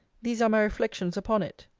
these are my reflections upon it.